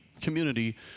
community